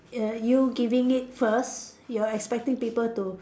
err you giving it first you're expecting people to